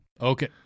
Okay